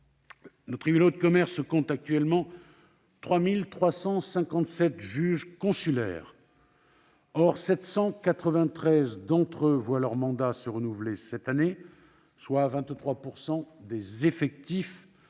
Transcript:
Nos tribunaux de commerce comptent actuellement 3 357 juges consulaires. Or 793 d'entre eux voient leur mandat se renouveler cette année, soit 23 % des effectifs,